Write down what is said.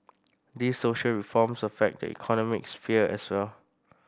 these social reforms affect the economic sphere as well